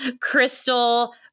crystal